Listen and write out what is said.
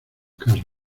carlos